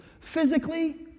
Physically